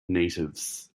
natives